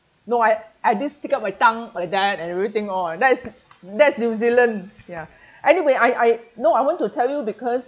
no I I just stick out my tongue like that and everything all that's that's new zealand ya anyway I I no I want to tell you because